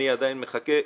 אני עדיין מחכה,